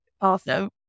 Awesome